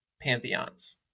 pantheons